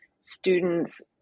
students